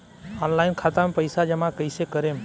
Online खाता मे पईसा जमा कइसे करेम?